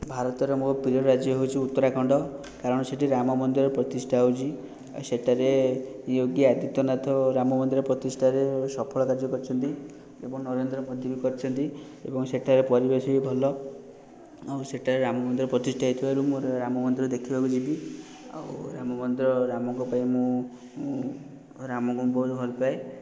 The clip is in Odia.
ଭାରତରେ ମୋର ପ୍ରିୟ ରାଜ୍ୟ ହେଉଛି ଉତ୍ତରାଖଣ୍ଡ କାରଣ ସେଇଠି ରାମମନ୍ଦିର ପ୍ରତିଷ୍ଠା ହେଉଛି ଏ ସେଇଟାରେ ୟୋଗୀ ଆଦିତ୍ୟନାଥ ରାମମନ୍ଦିର ପ୍ରତିଷ୍ଠାରେ ସଫଳତା ଅର୍ଜନ କରିଛନ୍ତି ଏବଂ ନରେନ୍ଦ୍ର ମୋଦୀ ବି କରିଛନ୍ତି ଏବଂ ସେଠାରେ ପରିବେଶ ବି ଭଲ ଓ ସେଠାରେ ରାମ ମନ୍ଦିର ପ୍ରତିଷ୍ଠା ହେଇଥିବାରୁ ମୋର ରାମ ମନ୍ଦିର ଦେଖିବାକୁ ଯିବି ଓ ରାମବନ୍ତ ରାମଙ୍କ ପାଇଁ ମୁଁ ରାମଙ୍କୁ ମୁଁ ବହୁତ ଭଲ ପାଏ